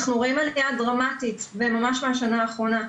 אנחנו רואים עלייה דרמטית ממש מהשנה האחרונה,